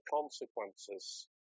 consequences